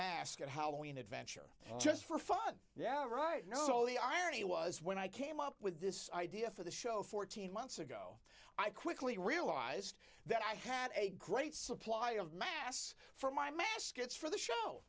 mascot how an adventure just for fun yeah right no the irony was when i came up with this idea for the show fourteen months ago i quickly realized that i had a great supply of mass for my mascot's for the show